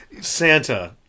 Santa